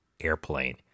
airplane